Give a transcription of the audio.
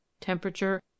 temperature